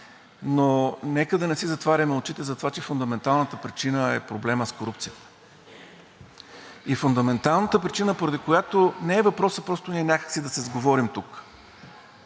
но нека да не си затваряме очите за това, че фундаменталната причина е проблемът с корупцията. И фундаментална причина, поради която не е въпросът просто ние някак си да се сговорим тук,